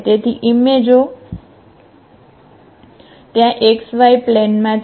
તેથી ઈમેજ ઓ ત્યાં XY પ્લેનમાં છે